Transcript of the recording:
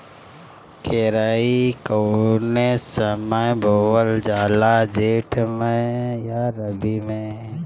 केराई कौने समय बोअल जाला जेठ मैं आ रबी में?